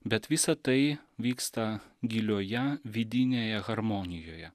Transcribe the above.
bet visa tai vyksta gilioje vidinėje harmonijoje